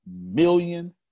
million